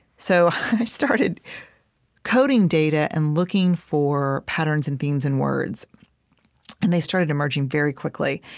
so i started coding data and looking for patterns and themes in words and they started emerging very quickly.